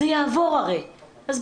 זה הרי יעבור אז,